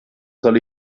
soll